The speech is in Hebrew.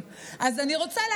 ממשלת ישראל,